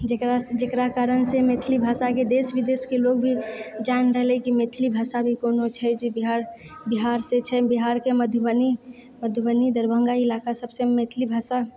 जेकरा से जेकरा कारण से मैथिली भाषाके देश विदेशके लोग भी जान रहलै कि मैथिली भाषा भी कोनो छै जे बिहार बिहारसँ छै बिहारके मधुबनी मधुबनी दरभङ्गा इलाका सभसँ मैथिली भाषा